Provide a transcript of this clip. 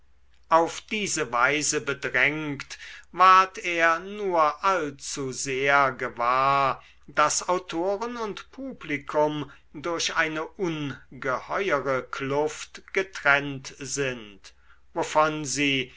auf diese weise bedrängt ward er nur allzu sehr gewahr daß autoren und publikum durch eine ungeheuere kluft getrennt sind wovon sie